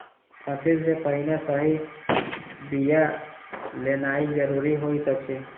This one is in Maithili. फसिल सॅ पहिने सही बिया लेनाइ ज़रूरी होइत अछि